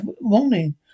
morning